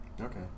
Okay